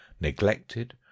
neglected